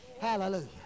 hallelujah